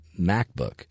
MacBook